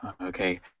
Okay